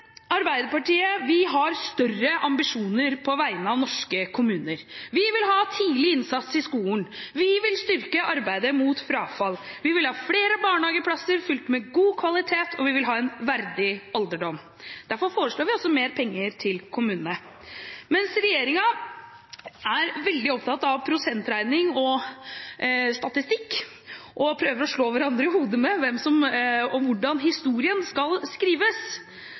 Arbeiderpartiet har større ambisjoner på vegne av norske kommuner. Vi vil ha tidlig innsats i skolen. Vi vil styrke arbeidet mot frafall. Vi vil ha flere barnehageplasser fylt med god kvalitet. Og vi vil ha en verdig alderdom. Derfor foreslår vi også mer penger til kommunene. Mens regjeringen er veldig opptatt av prosentregning og statistikk og prøver å slå hverandre i hodet med hvordan historien skal skrives,